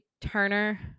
Turner